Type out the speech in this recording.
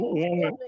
woman